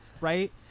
right